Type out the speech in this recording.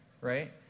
right